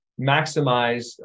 maximize